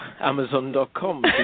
Amazon.com